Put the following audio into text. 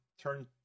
turn